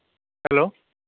hello